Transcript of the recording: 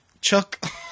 Chuck